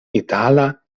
itala